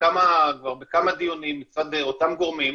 כבר בכמה דיונים מצד אותם גורמים,